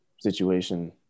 situation